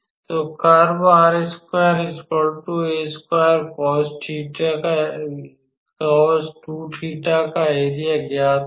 तो कर्व का एरिया ज्ञात करें